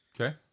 Okay